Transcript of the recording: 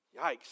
Yikes